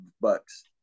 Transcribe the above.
Bucks